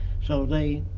so they.